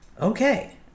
Okay